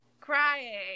crying